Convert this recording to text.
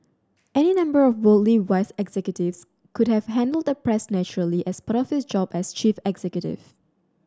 any number of worldly wise executives could have handled the press naturally as part of his job as chief executive